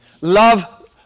love